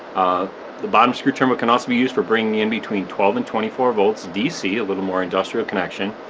the bottom screw terminal can also be used for bringing in between twelve and twenty four volts dc a little more industrial connection,